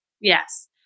Yes